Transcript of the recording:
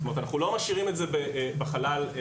זאת אומרת, אנחנו לא משאירים את זה בחלל הריק.